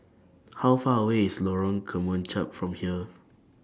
How Far away IS Lorong Kemunchup from here